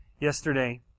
Yesterday